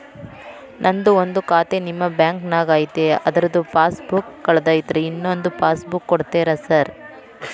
ನಂದು ಒಂದು ಖಾತೆ ನಿಮ್ಮ ಬ್ಯಾಂಕಿನಾಗ್ ಐತಿ ಅದ್ರದು ಪಾಸ್ ಬುಕ್ ಕಳೆದೈತ್ರಿ ಇನ್ನೊಂದ್ ಪಾಸ್ ಬುಕ್ ಕೂಡ್ತೇರಾ ಸರ್?